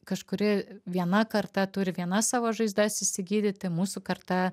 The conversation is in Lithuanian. kažkuri viena karta turi vienas savo žaizdas išsigydyti mūsų karta